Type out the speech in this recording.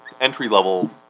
entry-level